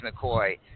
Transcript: McCoy